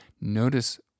notice